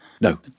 No